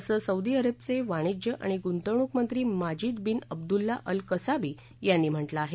असं सौदी अरबचे वाणिज्य आणि गुंतवणूक मंत्री Majid bin Abdullah al Kasabi यांनी म्हटलं आहे